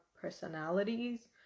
personalities